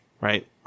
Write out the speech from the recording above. right